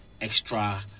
Extra